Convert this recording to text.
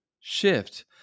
shift